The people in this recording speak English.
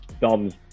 Dom's